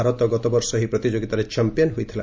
ଭାରତ ଗତବର୍ଷ ଏହି ପ୍ରତିଯୋଗିତାରେ ଚାମ୍ପିୟନ୍ ହୋଇଥିଲା